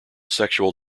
sexual